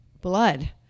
blood